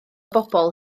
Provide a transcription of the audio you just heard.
pobol